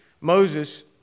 Moses